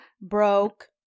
broke